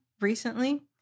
recently